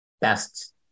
best